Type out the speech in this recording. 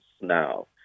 now